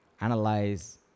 analyze